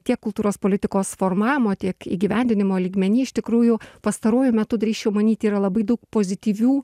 tiek kultūros politikos formavimo tiek įgyvendinimo lygmeny iš tikrųjų pastaruoju metu drįsčiau manyt yra labai daug pozityvių